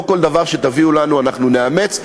לא כל דבר שתביאו לנו אנחנו נאמץ,